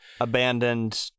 abandoned